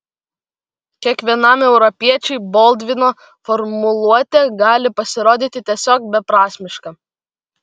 kiekvienam europiečiui boldvino formuluotė gali pasirodyti tiesiog beprasmiška